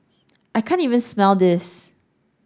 I can't even smell this